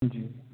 جی